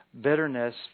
Bitterness